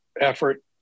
effort